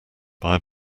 bye